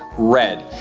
red.